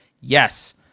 Yes